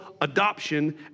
adoption